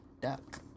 duck